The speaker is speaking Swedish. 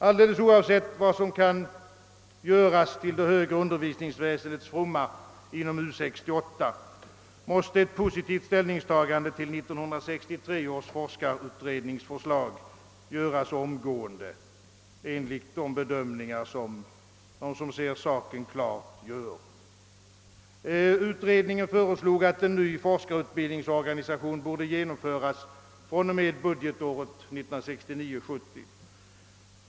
Alldeles oavsett vad som kan göras till den högre undervisningens fromma inom U 68, måste ett positivt ställningstagande till 1963 års forskarutrednings förslag göras omgående enligt de bedömningar som de som ser saken klart gör. Utredningen föreslog, att en ny forskarutbildningsorganisation «skulle genomföras från och med budgetåret 1969/70.